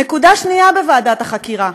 נקודה שנייה בוועדת החקירה,